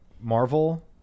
Marvel